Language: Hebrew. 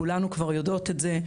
כולנו כבר יודעות את זה,